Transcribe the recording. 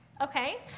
Okay